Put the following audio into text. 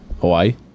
Hawaii